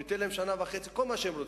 ניתן להם בשנה וחצי הזאת כל מה שהם רוצים,